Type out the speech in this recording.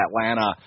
Atlanta